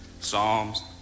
psalms